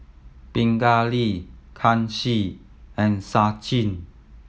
Pingali Kanshi and Sachin